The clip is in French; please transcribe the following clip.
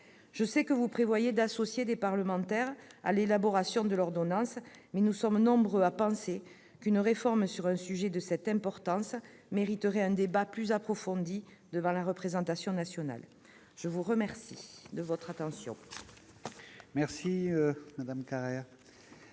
Je sais que vous prévoyez d'associer des parlementaires à l'élaboration de l'ordonnance, mais nous sommes nombreux à penser qu'une réforme d'un dispositif de cette importance mériterait un débat plus approfondi devant la représentation nationale. Mes chers collègues, je vous